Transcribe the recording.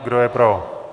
Kdo je pro?